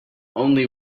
only